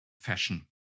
fashion